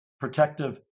protective